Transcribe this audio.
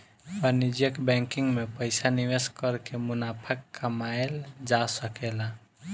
वाणिज्यिक बैंकिंग में पइसा निवेश कर के मुनाफा कमायेल जा सकेला